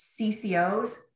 CCOs